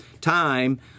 time